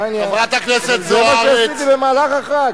זה מה שעשיתי במהלך החג,